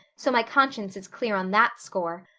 so my conscience is clear on that score.